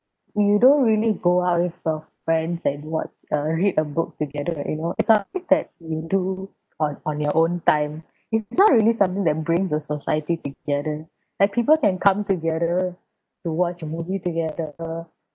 you don't really go out with your friends and watch uh read a book together you know something that you do on on your own time it's not really something that bring the society together and people can come together to watch a movie together